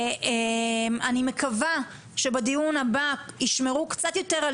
אני מקווה שבדיון הבא ישמרו קצת יותר על